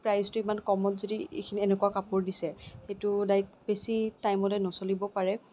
প্ৰাইচটো ইমান কমত যদি এখিনি এনেকুৱা কাপোৰ দিছে সেইটো লাইক বেছি টাইমলৈ নচলিব পাৰে